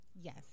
Yes